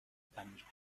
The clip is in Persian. پنیر